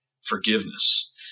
forgiveness